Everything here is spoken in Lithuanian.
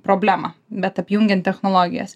problemą bet apjungiant technologijas